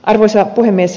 arvoisa puhemies